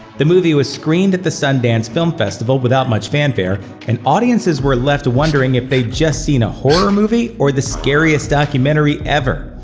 the movie was screened at the sundance film festival without much fanfare, and audiences were left wondering if they'd just seen a horror movie or the scariest documentary ever.